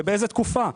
ובאיזו תקופה?